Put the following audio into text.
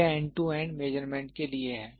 यह end to end measurement के लिए है